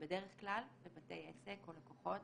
בדרך כלל בבתי עסק או לקוחות